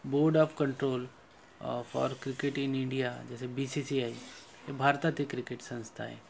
board of control for cricket in India जसे B C C I हे भारतात cricket संस्था आहे